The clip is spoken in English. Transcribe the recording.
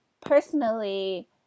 personally